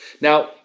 now